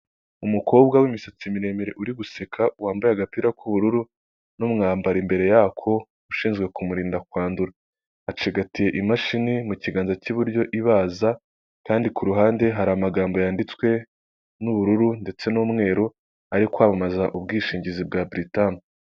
Umukobwa w'imisatsi miremire uri guseka wambaye agapira k'ubururu n'umwambaro imbere yako ushinzwe kumurinda kwandura acigatiye imashini mu kiganza cy'iburyo ibaza, kandi ku ruhande hari amagambo yanditswe n'ubururu, ndetse n'umweru ari kwamamaza ubwishingizi bwa buritamu.